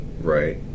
Right